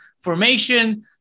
formation